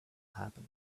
happen